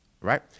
right